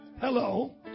Hello